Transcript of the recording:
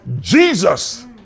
Jesus